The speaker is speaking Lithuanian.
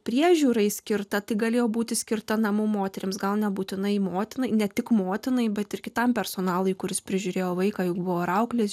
priežiūrai skirta tik galėjo būti skirta namų moterims gal nebūtinai motinai ne tik motinai bet ir kitam personalui kuris prižiūrėjo vaiką juk buvo ir auklės